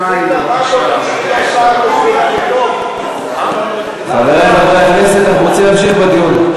חברי חברי הכנסת, אנחנו רוצים להמשיך בדיון.